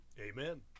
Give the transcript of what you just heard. Amen